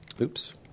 Oops